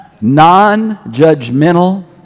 non-judgmental